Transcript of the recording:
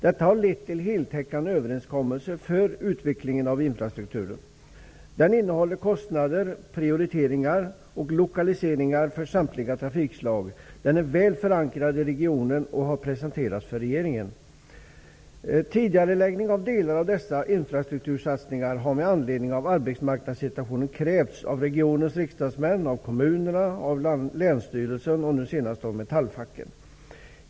Detta har lett till en heltäckande överenskommelse för utvecklingen av infrastrukturen. Den innehåller kostnadsberäkningar, prioriteringar och lokaliseringar för samtliga trafikslag. Den är väl förankrad i regionen och har presenterats för regeringen. Med anledning av arbetsmarknadssituationen har regionens riksdagsmän, kommunerna, länsstyrelserna och nu senast Metallfacken krävt en tidigareläggning av delar av dessa infrastruktursatsningar.